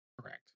Correct